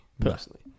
personally